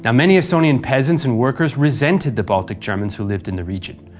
yeah many estonian peasants and workers resented the baltic germans who lived in the region.